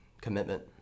commitment